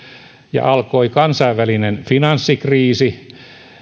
ja alkoi kansainvälinen finanssikriisi